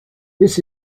this